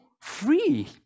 free